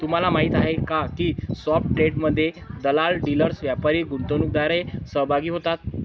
तुम्हाला माहीत आहे का की स्पॉट ट्रेडमध्ये दलाल, डीलर्स, व्यापारी, गुंतवणूकदार सहभागी होतात